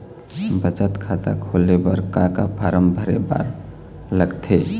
बचत खाता खोले बर का का फॉर्म भरे बार लगथे?